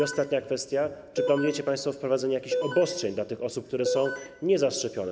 Ostatnia kwestia: Czy planujecie państwo wprowadzenie jakichś obostrzeń dla osób, które są nie zaszczepione?